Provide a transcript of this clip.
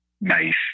nice